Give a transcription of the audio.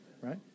right